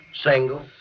Single